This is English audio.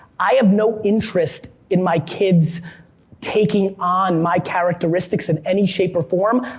i have no interest in my kids' taking on my characteristics in any shape or form,